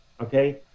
okay